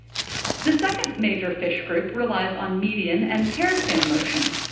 the second major fish group relies on median and paired fin motion,